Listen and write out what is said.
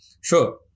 Sure